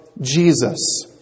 Jesus